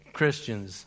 Christians